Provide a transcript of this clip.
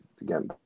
again